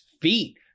feet